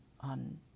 on